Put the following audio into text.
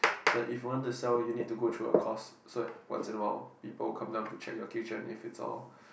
but if you want to sell you need to go through a course so what's about people come down to check your kitchen if it's all